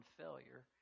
failure